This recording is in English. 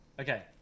Okay